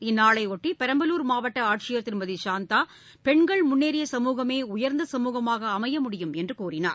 இந்நாளைபொட்டி பெரம்பலூர் மாவட்டஆட்சியர் திருமதிசாந்தா பெண்கள் முன்னேறிய சமூகமே உயர்ந்த சமுகமாகஅமைய முடியும் என்றுகூறினார்